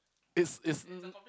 it's it's